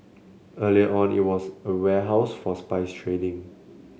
earlier on it was a warehouse for spice trading